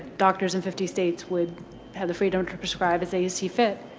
doctors in fifty states would have the freedom to prescribe as they see fit.